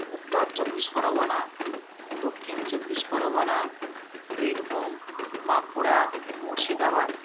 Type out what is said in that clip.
Uttar Chabbish Pargana Dakshin Chabbish Pargana Birbhum Bankura Murshidabad